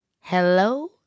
Hello